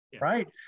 right